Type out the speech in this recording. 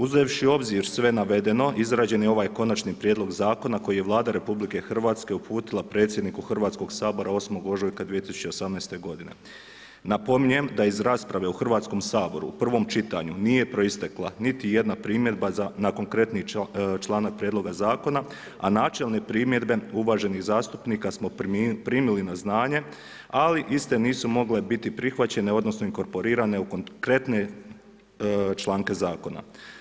Uzevši u obzir sve navedeno, izračen je ovaj konačni prijedlog zakona, koji je Vlada RH, uputila predsjedniku Hrvatskog sabora 8. ožujka 2018. g. Napominjem da iz rasprave u Hrvatskom saboru, u prvom čitanju, nije proistekla niti jedna primjedba na konkretni članak prijedloga zakona, a načelne primjedbe uvaženih zastupnika smo primili na znanje, ali iste nisu mogle biti prihvaćene, odnosno, inkorporirane u konkretne članke zakona.